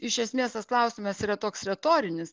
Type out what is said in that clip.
iš esmės tas klausimas yra toks retorinis